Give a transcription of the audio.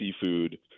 seafood